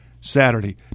Saturday